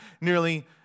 nearly